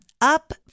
Up